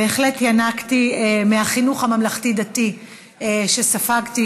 בהחלט ינקתי מהחינוך הממלכתי-דתי שספגתי,